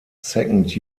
second